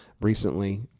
recently